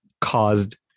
caused